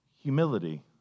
humility